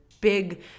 big